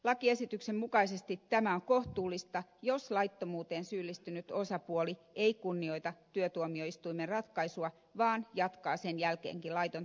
lakiesityksen mukaisesti tämä on kohtuullista jos laittomuuteen syyllistynyt osapuoli ei kunnioita työtuomioistuimen ratkaisua vaan jatkaa sen jälkeenkin laitonta työtaistelua